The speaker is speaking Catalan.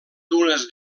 dunes